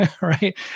right